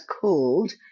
called